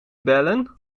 bellen